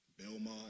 Belmont